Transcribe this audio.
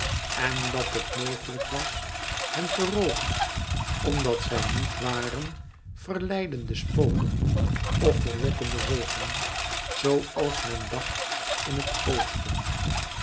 en dat het mogelijk was hen te rooven omdat zij niet waren verleidende spoken of verlokkende wolken zoo als men dacht in het oosten